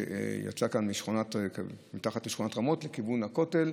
שיצא כאן מתחת לשכונת רמות לכיוון הכותל.